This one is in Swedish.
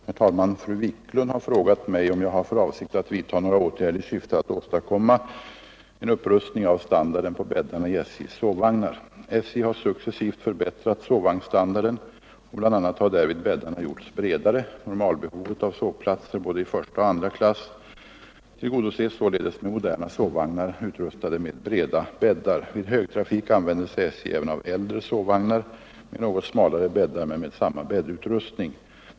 Herr talman! Fru Wiklund har frågat mig, om jag har för avsikt att vidta några åtgärder i syfte att åstadkomma en upprustning av standarden på bäddarna i SJ:s sovvagnar. SJ har successivt förbättrat sovvagnsstandarden, och bl.a. har därvid bäddarna gjorts bredare. Normalbehovet av sovplatser både i första och i andra klass tillgodoses således med moderna sovvagnar utrustade med breda bäddar. Vid högtrafik använder sig SJ även av äldre sovvagnar med något smalare bäddar men med samma bäddutrustning.